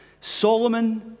Solomon